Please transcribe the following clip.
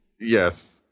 yes